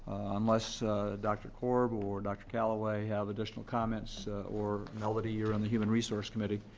unless dr. korb or dr. calaway have additional comments or nobody here in the human resource committee,